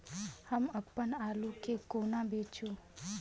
हम अप्पन आलु केँ कोना बेचू?